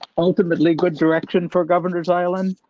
ultimately good direction for governors island.